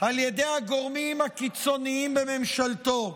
על ידי הגורמים הקיצוניים בממשלתו.